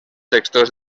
textos